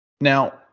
Now